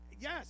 Yes